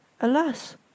Alas